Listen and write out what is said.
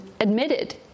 admitted